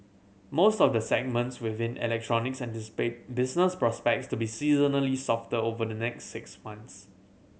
most of the segments within electronics anticipate business prospects to be seasonally softer over the next six months